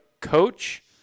coach